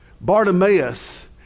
Bartimaeus